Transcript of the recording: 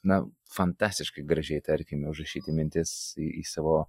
na fantastiškai gražiai tarkime užrašyti mintis į savo